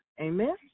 Amen